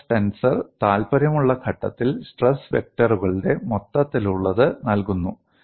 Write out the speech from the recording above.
stress tensor താൽപ്പര്യമുള്ള ഘട്ടത്തിൽ stress വെക്ടറുകളുടെ മൊത്തത്തിലുള്ളത് നൽകുന്നു